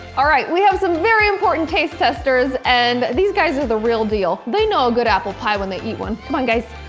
alright, we have some very important taste testers and these guys are the real deal. they know a good apple pie when they eat one. come on, guys.